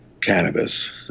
cannabis